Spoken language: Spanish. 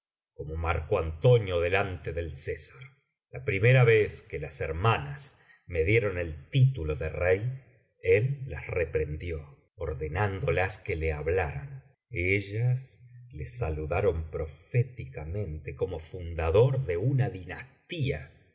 como marco antonio delante de césar la primera vez que las hermanas me dieron el título de rey él las reprendió ordenándolas que le hablaran ellas le saludaron proféticamente como fundador de una dinastía